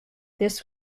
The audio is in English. this